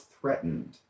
threatened